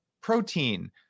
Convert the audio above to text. protein